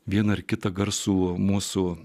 vieną ar kitą garsų mūsų